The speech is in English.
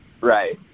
Right